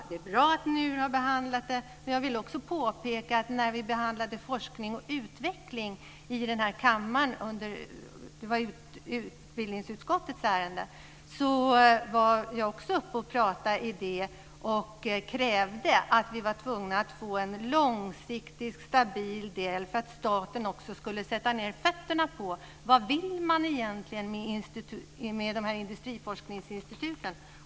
Det är bra att NUR har behandlat det. Jag vill påpeka att när vi behandlade forskning och utveckling i denna kammare - det var ett utbildningsutskottets ärende - krävde jag att vi behövde en långsiktig stabil del för att staten också skulle sätta ned fötterna på vad man egentligen vill med industriforskningsinstituten.